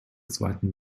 zweiten